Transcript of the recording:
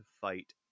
fight